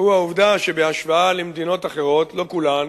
הוא העובדה שבהשוואה למדינות אחרות, לא כולן